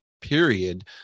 period